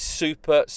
super